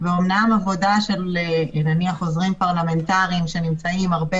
ואומנם עבודה של עוזרים פרלמנטריים שנמצאים הרבה